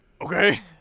Okay